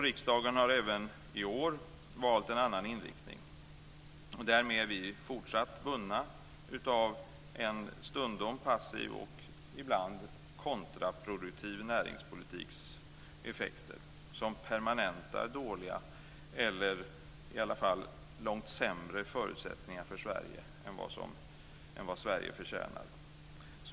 Riksdagen har även i år valt en annan inriktning, och därmed är vi fortsatt bundna av en stundom passiv och ibland kontraproduktiv näringspolitiks effekter, som permanentar dåliga eller i alla fall långt sämre förutsättningar för Sverige än vad Sverige förtjänar.